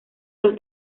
los